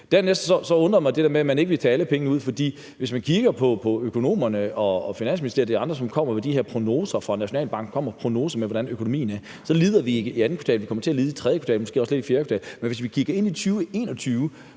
Dernæst undrer det mig, at man ikke vil tage alle pengene ud. For hvis man kigger på økonomerne, Finansministeriet, Nationalbanken og de andre, som kommer med de her prognoser for, hvordan økonomien vil se ud, så lider vi ikke i andet kvartal, men vi kommer til at lide i tredje kvartal og måske også lidt i fjerde kvartal. Men hvis vi kigger ind i 2021,